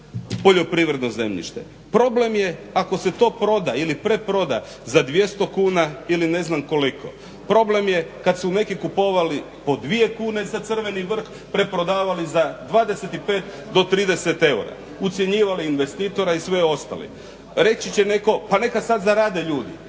poljoprivredno zemljište, problem je ako se to proda ili preproda za 200 kuna ili ne znam koliko. Problem je kad su neki kupovali po 2 kune za crveni vrh, preprodavali za 25 do 30 eura, ucjenjivali investitora i sve ostalo. Reći će netko pa neka sad zarade ljudi,